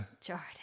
Jordan